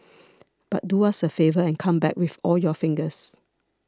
but do us a favour and come back with all your fingers